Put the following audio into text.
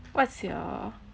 what's your